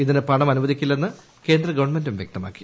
ഇതിന് പണം അനിവദിക്കില്ലെന്ന് കേന്ദ്ര ഗവൺമെന്റും പ്രൂക്താക്കി